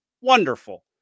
wonderful